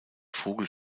vogel